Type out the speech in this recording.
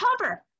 cover